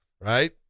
right